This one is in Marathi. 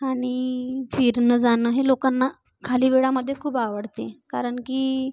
आणि फिरणं जाणं हे लोकांना खाली वेळामधे खूप आवडते कारण की